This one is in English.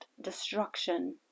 destruction